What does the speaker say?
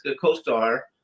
co-star